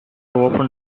open